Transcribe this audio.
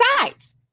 sides